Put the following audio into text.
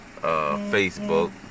Facebook